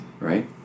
right